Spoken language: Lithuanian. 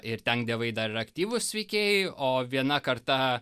ir ten dievai dar ir aktyvūs veikėjai o viena karta